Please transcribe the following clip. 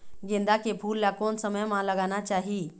गेंदा के फूल ला कोन समय मा लगाना चाही?